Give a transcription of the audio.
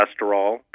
cholesterol